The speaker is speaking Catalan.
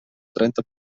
trenta